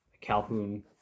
calhoun